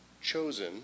chosen